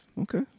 Okay